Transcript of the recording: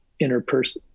interpersonal